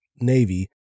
Navy